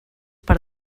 per